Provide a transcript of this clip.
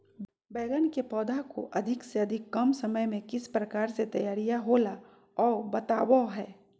बैगन के पौधा को अधिक से अधिक कम समय में किस प्रकार से तैयारियां होला औ बताबो है?